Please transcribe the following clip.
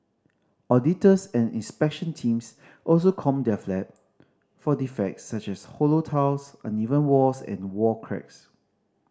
auditors and inspection teams also comb their flat for defects such as hollow tiles uneven walls and wall cracks